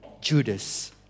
Judas